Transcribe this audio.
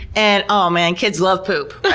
and oh man, kids love poop.